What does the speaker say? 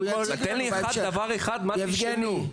תן לי דבר אחד שתשנו.